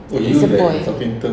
it's a boy